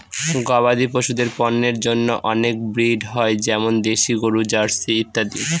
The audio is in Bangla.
গবাদি পশুদের পন্যের জন্য অনেক ব্রিড হয় যেমন দেশি গরু, জার্সি ইত্যাদি